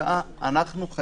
השאר זה התוקף הרגיל של התקנות.